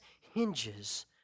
hinges